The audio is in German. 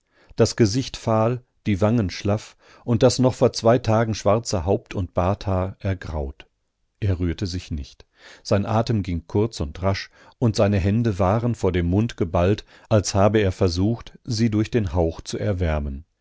das gesicht fahl die wangen schlaff und das noch vor zwei tagen schwarze haupt und barthaar ergraut er rührte sich nicht sein atem ging kurz und rasch und seine hände waren vor dem mund geballt als habe er versucht sie durch den hauch zu erwärmen